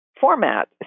format